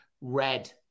red